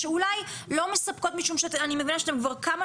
שאולי לא מספקות כי אני מבינה שאתם כבר כמה